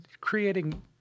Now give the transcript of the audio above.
creating